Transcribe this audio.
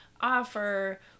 offer